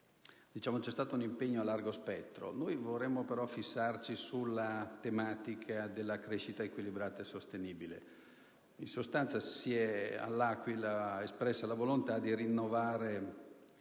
insomma un impegno a largo spettro. Vorremmo, però, soffermarci sulla tematica della crescita equilibrata e sostenibile. In sostanza, a L'Aquila si è espressa la volontà di rinnovare